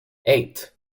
eight